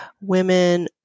women